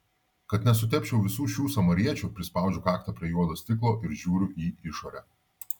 kad nesutepčiau visų šių samariečių prispaudžiu kaktą prie juodo stiklo ir žiūriu į išorę